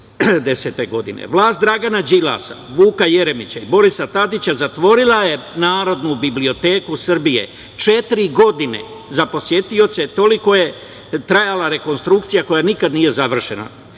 2010. godine. Vlast Dragana Đilasa, Vuka Jeremića i Borisa Tadića zatvorila je Narodnu biblioteku Srbije, četiri godine za posetioce, toliko je trajala rekonstrukcija, koja nikada nije završena.